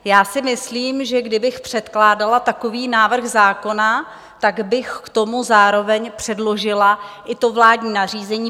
Já si myslím, že kdybych předkládala takový návrh zákona, tak bych k tomu zároveň předložila i to vládní nařízení.